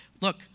look